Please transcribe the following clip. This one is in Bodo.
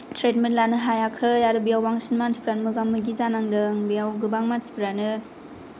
ट्रिटमेन्ट लानो हायाखै आरो बेयाव बांसिन मानसिफोरानो मोगा मोगि जानांदों बोयाव गोबां मानसिफोरानो